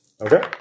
Okay